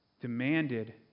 demanded